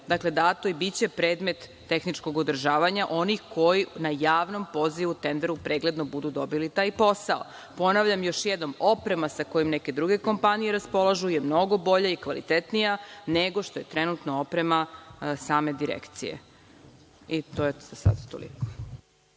dakle dato i biće predmet tehničkog održavanja onih koji na javnom pozivu, tenderu, pregledno budu dobili taj posao. Ponavljam još jednom, oprema sa kojom neke druge kompanije raspolažu je mnogo bolja i kvalitetnija nego što je trenutno oprema same Direkcije i za sada je to toliko.